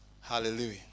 Hallelujah